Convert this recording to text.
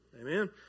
Amen